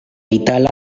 itala